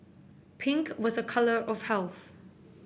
pink was a colour of health